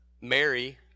Mary